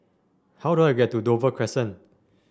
how do I get to Dover Crescent